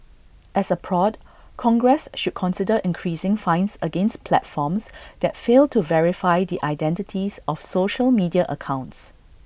as A prod congress should consider increasing fines against platforms that fail to verify the identities of social media accounts